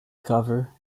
cover